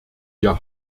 wir